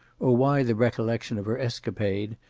or why the recollection of her escapade,